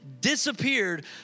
disappeared